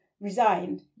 resigned